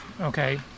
okay